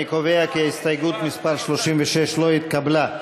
אני קובע כי הסתייגות מס' 36 לא התקבלה.